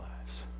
lives